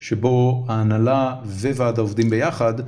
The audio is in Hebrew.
שבו ההנהלה ווועד עובדים ביחד.